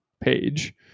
page